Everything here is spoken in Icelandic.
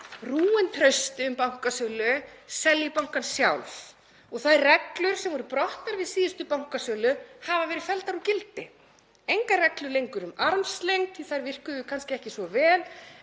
rúin trausti um bankasölu, selji bankann sjálf. Þær reglur sem voru brotnar við síðustu bankasölu hafa verið felldar úr gildi. Engar reglur lengur um armslengd því þær virkuðu kannski ekki svo vel,